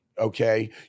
Okay